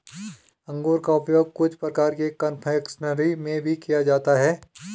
अंगूर का उपयोग कुछ प्रकार के कन्फेक्शनरी में भी किया जाता है